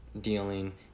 dealing